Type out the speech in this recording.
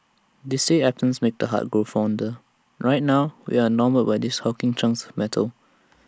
they say absence makes the heart grow fonder and right now we are enamoured with these hulking chunks metal